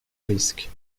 risques